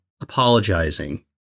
apologizing